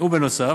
בנוסף,